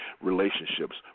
relationships